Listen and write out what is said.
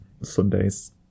Sundays